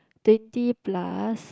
twenty plus